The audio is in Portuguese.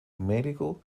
médico